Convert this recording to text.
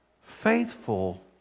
Faithful